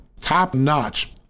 top-notch